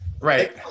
right